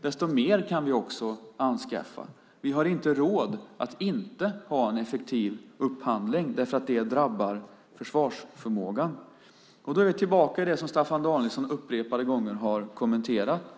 desto mer kan vi också anskaffa. Vi har inte råd att inte ha en effektiv upphandling, eftersom det drabbar försvarsförmågan. Vi är då tillbaka till det som Staffan Danielsson upprepade gånger har kommenterat.